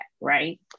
Right